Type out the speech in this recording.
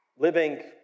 living